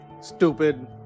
Stupid